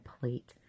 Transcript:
plate